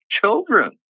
children